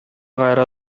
кайра